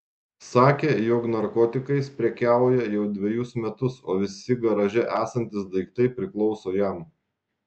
sakė jog narkotikais prekiauja jau dvejus metus o visi garaže esantys daiktai priklauso jam